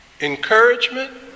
encouragement